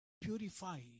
purify